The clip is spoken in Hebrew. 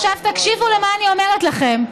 עכשיו, תקשיבו מה אני אומרת לכם.